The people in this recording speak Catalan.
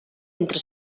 entre